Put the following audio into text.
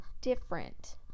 different